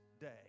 day